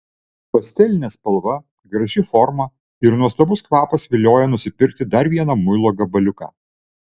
pastelinė spalva graži forma ir nuostabus kvapas vilioja nusipirkti dar vieną muilo gabaliuką